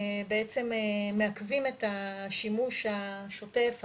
בעצם מעכבים את השימוש השוטף,